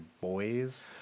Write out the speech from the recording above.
boys